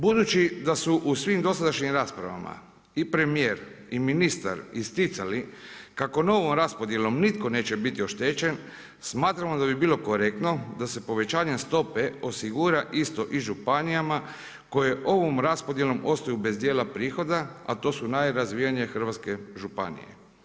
Budući da su u svim dosadašnjim raspravama i premijer i ministar isticali kako novom raspodjelom nitko neće biti oštećen smatramo da bi bilo korektno da se povećanjem stope osigura isto i županijama koje ovom raspodjelom ostaju bez dijela prihoda, a to su najrazvijenije hrvatske županije.